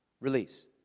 release